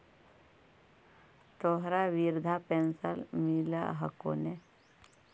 तोहरा वृद्धा पेंशन मिलहको ने?